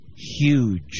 huge